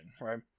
right